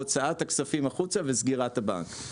הוצאת הכספים החוצה וסגירת הבנק.